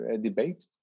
debate